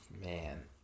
Man